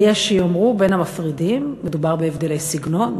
יש שיאמרו בין המפרידים: מדובר בהבדלי סגנון,